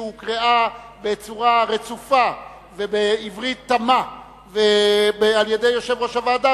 שהוקראה בצורה רצופה ובעברית תמה על-ידי יושב-ראש הוועדה,